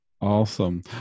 Awesome